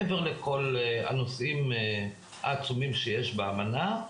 מעבר לכל הנושאים העצומים שיש באמנה.